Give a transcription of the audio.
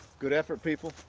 good effort people.